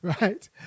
right